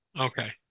Okay